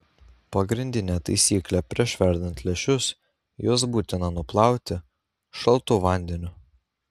pagrindinė taisyklė prieš verdant lęšius juos būtina nuplauti šaltu vandeniu